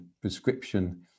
prescription